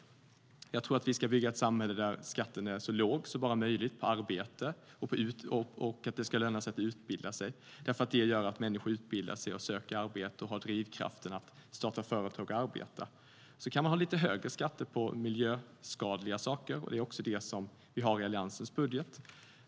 Jag tycker att vi ska bygga ett samhälle där skatten på arbete är så låg som möjligt och att det ska löna sig att utbilda sig, eftersom det gör att människor utbildar sig, söker arbete och har drivkraften att starta företag och arbeta. Sedan kan man ha lite högre skatter på sådant som är miljöskadligt. Det har vi också i Alliansens budget.